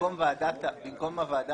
שבמקום הוועדה